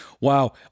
Wow